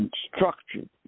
structured